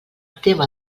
tema